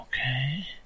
okay